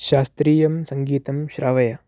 शास्त्रीयं सङ्गीतं श्रावय